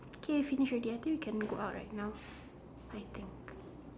K finish already I think we can go out right now I think